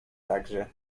także